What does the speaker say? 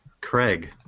Craig